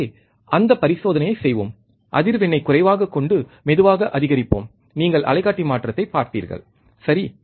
எனவே அந்தப் பரிசோதனையைச் செய்வோம் அதிர்வெண்ணைக் குறைவாகக் கொண்டு மெதுவாக அதிகரிப்போம் நீங்கள் அலைக்காட்டி மாற்றத்தைப் பார்ப்பீர்கள் சரி